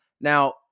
Now